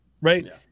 Right